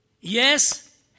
Yes